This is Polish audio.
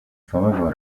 samego